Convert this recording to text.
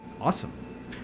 Awesome